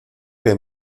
que